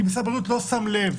כי משרד הבריאות לא שם לב,